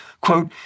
Quote